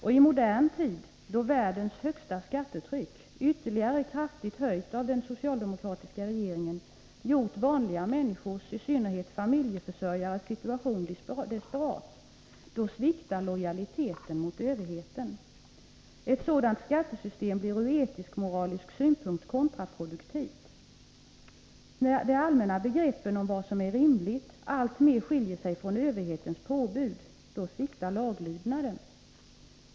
I modern tid, då världens högsta skattetryck, ytterligare kraftigt höjt av den socialdemokratiska regeringen, gjort vanliga människors, i synnerhet familjeförsörjares, situation desperat, sviktar lojaliteten mot överheten. Ett sådant skattesystem blir ur etisk-moralisk synpunkt kontraproduktivt: när allmänna begrepp om vad som är rimligt alltmer skiljer sig från överhetens påbud sviktar laglydnaden.